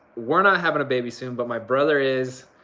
we're not having a baby soon but my brother is.